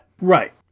Right